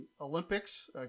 Olympics